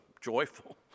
joyful